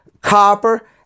Copper